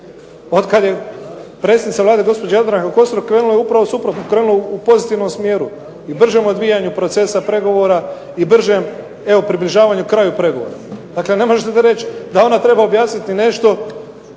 Od kad je predsjednica Vlade gospođa Jadranka Kosor krenulo je upravno suprotno, krenulo je u pozitivnom smjeru i bržem odvijanju procesa pregovora i bržem evo približavanju kraju pregovora. Dakle, ne možete reći da ona treba objasniti nešto